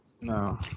No